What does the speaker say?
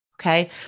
okay